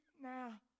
now